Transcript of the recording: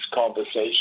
conversation